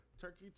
Turkey